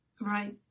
Right